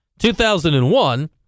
2001